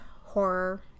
horror